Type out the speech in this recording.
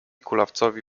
kulawcowi